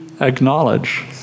acknowledge